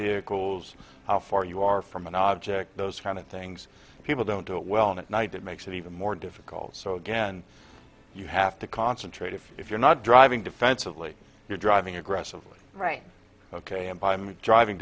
vehicles how far you are from an object those kind of things people don't do it well and at night it makes it even more difficult so again you have to concentrate if if you're not driving defensively you're driving aggressively right ok and by me driving